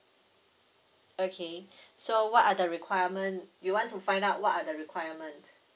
okay so what are the requirement you want to find out what are the requirement